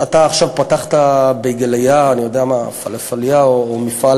אתה עכשיו פתחת בייגלייה, פלאפלייה או מפעל